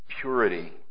purity